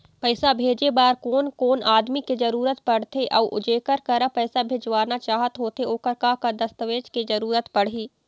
पैसा भेजे बार कोन कोन आदमी के जरूरत पड़ते अऊ जेकर करा पैसा भेजवाना चाहत होथे ओकर का का दस्तावेज के जरूरत पड़ही?